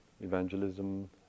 evangelism